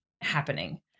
happening